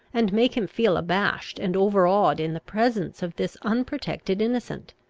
and make him feel abashed and overawed in the presence of this unprotected innocent.